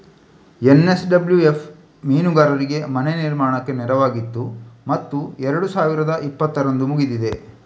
NSWF ಮೀನುಗಾರರಿಗೆ ಮನೆ ನಿರ್ಮಾಣಕ್ಕೆ ನೆರವಾಗಿತ್ತು ಮತ್ತು ಎರಡು ಸಾವಿರದ ಇಪ್ಪತ್ತರಂದು ಮುಗಿದಿದೆ